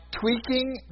tweaking